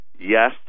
Yes